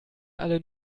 alle